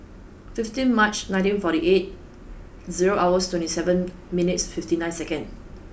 fifteen March nineteen forty eight zero hours twenty seven minutes fifty nine seconds